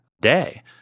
day